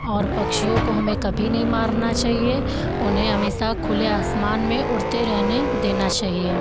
और पक्षियों को हमें कभी नहीं मारना चाहिए उन्हें हमेशा खुले आसमान में उड़ते रहने देना चाहिए